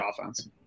offense